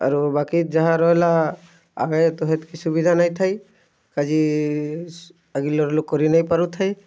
ଆରୁ ବାକି ଯାହା ରହେଲା ଆମେ ତ ହେତ୍କି ସୁବିଧା ନାଇଁ ଥାଇ ଆଜିର୍ ଲୋକ୍ ନେଇଁ କରି ପାରୁଥାଇ